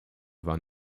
war